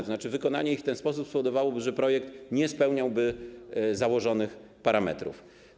To znaczy, że wykonanie ich w ten sposób spowodowałoby, że projekt nie spełniałby założonych parametrów.